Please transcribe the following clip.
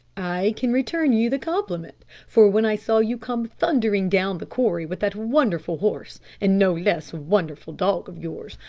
i can return you the compliment, for when i saw you come thundering down the corrie with that wonderful horse and no less wonderful dog of yours,